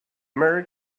merry